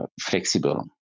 flexible